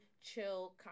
chill